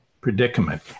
predicament